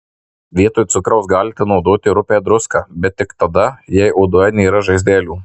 vietoj cukraus galite naudoti rupią druską bet tik tada jei odoje nėra žaizdelių